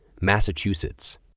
Massachusetts